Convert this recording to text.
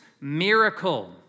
miracle